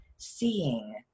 seeing